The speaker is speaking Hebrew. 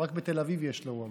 רק בתל אביב יש לו,